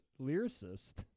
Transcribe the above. lyricist